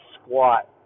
squat